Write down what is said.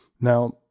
Now